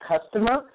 customer